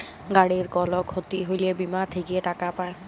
গাড়ির কল ক্ষতি হ্যলে বীমা থেক্যে টাকা পায়